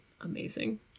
Amazing